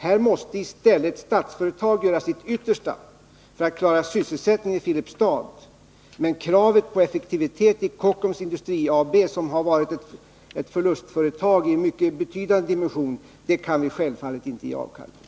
Här måste i stället Statsföretag göra sitt yttersta för att klara sysselsättningen i Filipstad. Men kravet på effektivitet i Kockums Industri AB, som varit ett förlustföretag av mycket betydande dimension, kan vi självfallet inte ge avkall på.